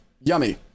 yummy